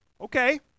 Okay